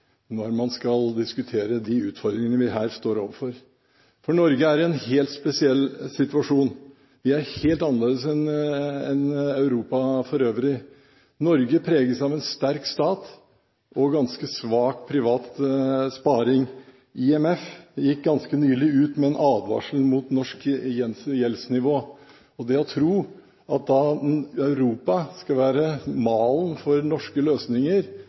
når man skal diskutere de utfordringene vi her står overfor. For Norge er i en helt spesiell situasjon. Vi er helt annerledes enn Europa for øvrig. Norge preges av en sterk stat og en ganske svak privat sparing. IMF gikk ganske nylig ut med en advarsel mot norsk gjeldsnivå. Det å tro at Europa skal være malen for norske løsninger,